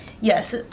Yes